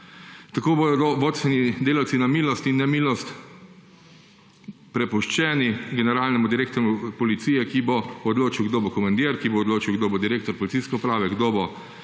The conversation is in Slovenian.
Tako bodo vodstveni delavci na milost in nemilost prepuščeni generalnemu direktorju policije, ki bo odločil, kdo bo komandir, kdo bo direktor policijske uprave, kdo bo